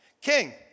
King